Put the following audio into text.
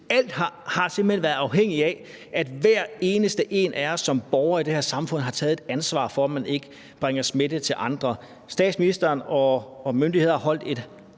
hen været afhængigt af, at hver eneste en af os som borgere i det her samfund har taget et ansvar for, at man ikke bringer smitte til andre. Statsministeren og myndighederne har holdt et